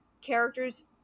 characters